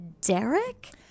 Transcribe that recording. Derek